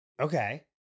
Okay